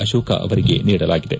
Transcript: ಅಶೋಕ್ ಅವರಿಗೆ ನೀಡಲಾಗಿದೆ